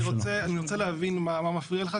אני רוצה להבין מה מפריע לך,